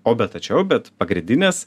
o be tačiau bet pagrindinis